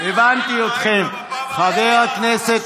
בבקשה תהיה בשקט, חבר הכנסת